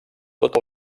tot